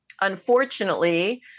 unfortunately